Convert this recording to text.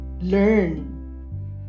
learn